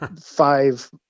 five